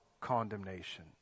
condemnation